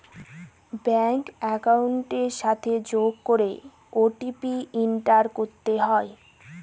bank একাউন্টের সাথে যোগ করে ও.টি.পি এন্টার করতে হয়